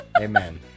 Amen